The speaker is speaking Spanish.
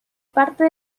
parte